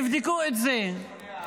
תבדקו את זה,